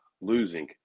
losing